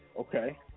Okay